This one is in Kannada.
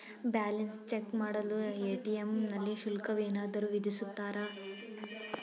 ಬ್ಯಾಲೆನ್ಸ್ ಚೆಕ್ ಮಾಡಲು ಎ.ಟಿ.ಎಂ ನಲ್ಲಿ ಶುಲ್ಕವೇನಾದರೂ ವಿಧಿಸುತ್ತಾರಾ?